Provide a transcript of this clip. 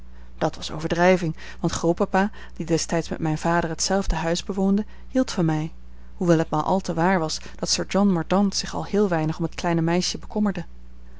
dat was overdrijving want grootpapa die destijds met mijn vader hetzelfde huis bewoonde hield van mij hoewel het maar al te waar was dat sir john mordaunt zich al heel weinig om het kleine meisje bekommerde